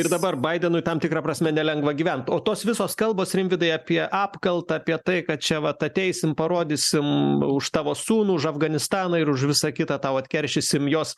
ir dabar baidenui tam tikra prasme nelengva gyvent o tos visos kalbos rimvydai apie apkaltą apie tai kad čia vat ateisim parodysim už tavo sūnų už afganistaną ir už visa kita tau atkeršysim jos